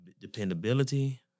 dependability